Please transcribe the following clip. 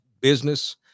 business